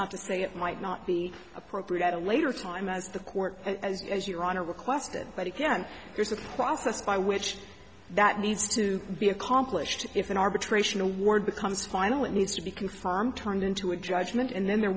not to say it might not be appropriate at a later time as the court as your honor requested but again there's a process by which that needs to be accomplished if an arbitration award becomes final it needs to be confirmed turned into a judgment and then there